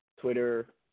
Twitter